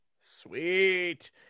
Sweet